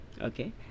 Okay